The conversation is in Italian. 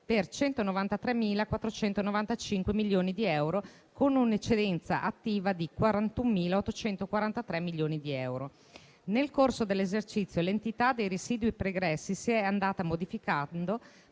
per 193.495 milioni di euro, con un'eccedenza attiva di 41.843 milioni di euro. Nel corso dell'esercizio, l'entità dei residui pregressi si è andata modificando